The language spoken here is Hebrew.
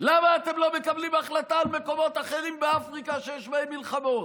למה אתם לא מקבלים החלטה על מקומות אחרים באפריקה שיש בהם מלחמות?